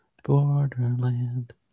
Borderland